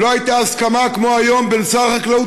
לא הייתה הסכמה כמו שיש היום בין שר החקלאות